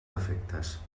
defectes